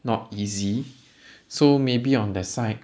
not easy so maybe on their side